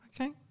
okay